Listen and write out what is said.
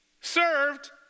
served